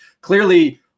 clearly